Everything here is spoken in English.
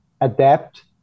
adapt